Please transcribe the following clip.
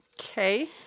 Okay